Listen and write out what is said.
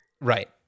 Right